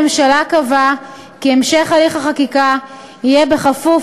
הממשלה קבעה כי המשך הליך החקיקה יהיה כפוף